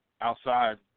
outside